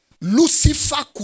Lucifer